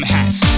Hats